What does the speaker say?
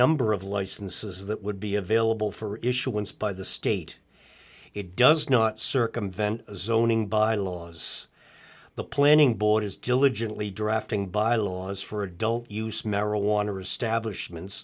number of licenses that would be available for issuance by the state it does not circumvent zoning bylaws the planning board is diligently drafting bylaws for adult use marijuana or establishment